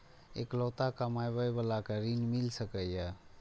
इकलोता कमाबे बाला के ऋण मिल सके ये?